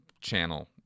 channel